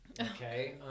okay